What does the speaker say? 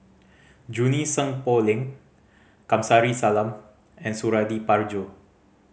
Junie Sng Poh Leng Kamsari Salam and Suradi Parjo